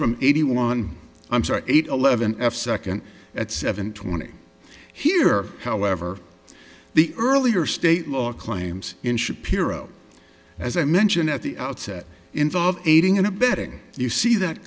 from eighty one i'm sorry eight eleven f second at seven twenty here however the earlier state law claims in shapiro as i mentioned at the outset involve aiding and abetting you see that